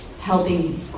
helping